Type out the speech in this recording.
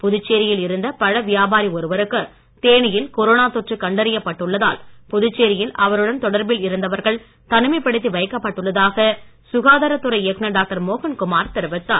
புதுச்சேரியில் இருந்த பழ வியாபாரி ஒருவருக்கு தேனியில் கொரோனா தொற்று கண்டறியப்பட்டுள்ளதால் புதுச்சேரியில் அவருடன் தொடர்பில் இருந்தவர்கள் தனிமைப் படுத்தி வைக்கப்பட்டுள்ளதாக சுகாதாரத்துறை இயக்குநர் டாக்டர் மோகன்குமார் தெரிவித்தார்